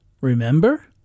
Remember